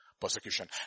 Persecution